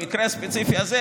במקרה הספציפי הזה,